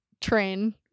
train